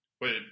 Wait